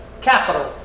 capital